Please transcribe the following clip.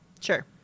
Sure